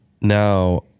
now